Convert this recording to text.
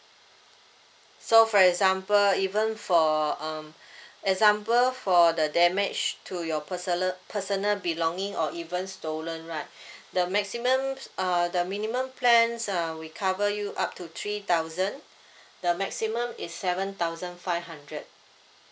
so for example even for um example for the damage to your personal personal belonging or even stolen right the maximum uh the minimum plans uh we cover you up to three thousand the maximum is seven thousand five hundred